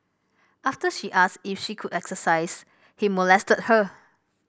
after she asked if she could exercise he molested her